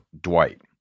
Dwight